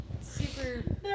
super